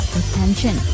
attention